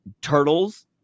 turtles